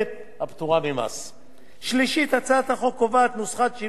שלישית, הצעת החוק קובעת נוסחת שילוב חדשה ובהירה.